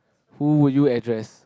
who would you address